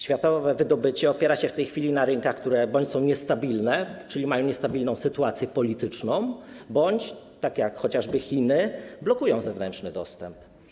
Światowe wydobycie opiera się w tej chwili na rynkach, które bądź są niestabilne, czyli mają niestabilną sytuację polityczną, bądź - tak jak chociażby Chiny - blokują zewnętrzny dostęp.